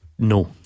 No